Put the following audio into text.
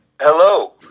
hello